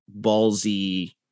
ballsy